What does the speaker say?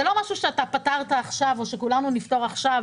זה לא משהו שאתה פתרת עכשיו או שכולנו נפתור עכשיו